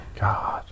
God